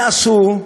מה עשו?